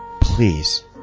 Please